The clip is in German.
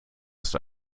ist